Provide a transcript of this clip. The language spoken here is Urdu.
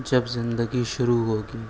جب زندگی شروع ہوگی